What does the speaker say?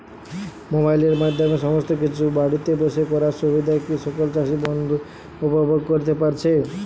মোবাইলের মাধ্যমে সমস্ত কিছু বাড়িতে বসে করার সুবিধা কি সকল চাষী বন্ধু উপভোগ করতে পারছে?